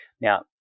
Now